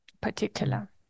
particular